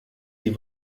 die